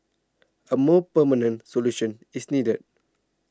a more permanent solution is needed